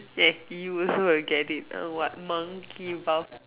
yes you also will get it like what monkey buff